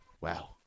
Wow